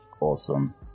awesome